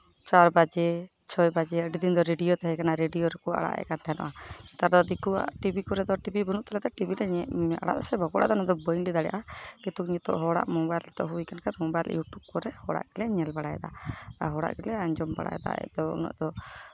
ᱪᱟᱨ ᱵᱟᱡᱮ ᱪᱷᱚᱭ ᱵᱟᱡᱮ ᱟᱹᱰᱤ ᱫᱤᱱ ᱫᱚ ᱨᱮᱰᱤᱭᱳ ᱛᱟᱦᱮᱸ ᱠᱟᱱᱟ ᱨᱮᱰᱤᱭᱳ ᱨᱮᱠᱚ ᱟᱲᱟᱜ ᱮᱜ ᱠᱟᱱ ᱛᱟᱦᱮᱱᱟ ᱱᱮᱛᱟᱨ ᱫᱚ ᱫᱤᱠᱩᱣᱟᱜ ᱴᱤᱵᱷᱤ ᱠᱚᱨᱮ ᱫᱚ ᱴᱤᱵᱷᱤ ᱵᱟᱹᱱᱩᱜ ᱛᱟᱞᱮ ᱛᱮ ᱴᱤᱵᱷᱤ ᱨᱮ ᱟᱲᱟᱜ ᱫᱟᱠᱚ ᱥᱮ ᱵᱟᱠᱚ ᱟᱲᱟᱜ ᱫᱟ ᱱᱚᱣᱟ ᱫᱚ ᱵᱟᱹᱧ ᱞᱟᱹᱭ ᱫᱟᱲᱮᱭᱟᱜᱼᱟ ᱠᱤᱱᱛᱩ ᱱᱤᱛᱚᱜ ᱦᱚᱲᱟᱜ ᱢᱳᱵᱟᱭᱤᱞ ᱱᱤᱛᱚᱜ ᱦᱩᱭ ᱠᱟᱱ ᱠᱷᱟᱱ ᱢᱳᱵᱟᱭᱤᱞ ᱤᱭᱩᱴᱩᱵᱽ ᱠᱚᱨᱮᱜ ᱦᱚᱲᱟᱜ ᱜᱮᱞᱮ ᱧᱮᱞ ᱵᱟᱲᱟᱭᱫᱟ ᱟᱨ ᱦᱚᱲᱟᱜ ᱜᱮᱞᱮ ᱟᱸᱡᱚᱢ ᱵᱟᱲᱟᱭ ᱮᱫᱟ ᱵᱟᱠᱷᱟᱡ ᱫᱚ ᱩᱱᱟᱹᱜ ᱫᱚ